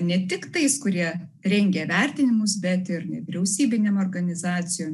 ne tik tais kurie rengė vertinimus bet ir nevyriausybinėm organizacijom